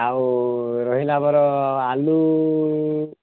ଆଉ ରହିଲା ଆମର ଆଳୁ